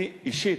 אני, אישית,